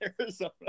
Arizona